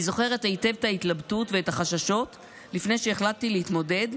אני זוכרת היטב את ההתלבטות ואת החששות לפני שהחלטתי להתמודד,